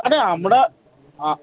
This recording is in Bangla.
আরে আমরা আ